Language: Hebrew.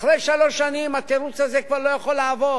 אחרי שלוש שנים התירוץ הזה כבר לא יכול לעבוד.